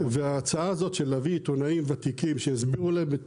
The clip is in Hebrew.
ההצעה הזאת של להביא עיתונאים וותיקים שיסבירו להם את